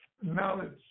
knowledge